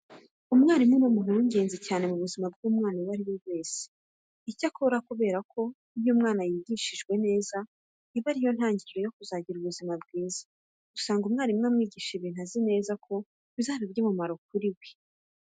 Umwarimu ni umuntu w'ingenzi cyane mu buzima bw'umwana uwo ari we wese. Icyakora kubera ko iyo umwana yigishijwe neza iba ari yo ntangiriro yo kuzagira ubuzima bwiza, usanga umwarimu amwigisha ibintu azi neza ko bizaba iby'umumaro kuri we.